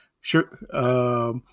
Sure